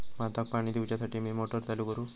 भाताक पाणी दिवच्यासाठी मी मोटर चालू करू?